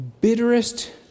bitterest